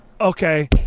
Okay